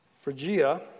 Phrygia